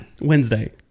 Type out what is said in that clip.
Wednesday